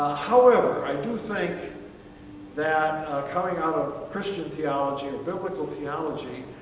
however, i do think that coming out of christian theology and biblical theology,